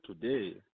today